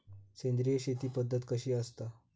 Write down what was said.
सेंद्रिय शेती पद्धत कशी असता?